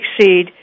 Succeed